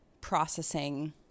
processing